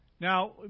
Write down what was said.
Now